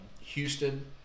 Houston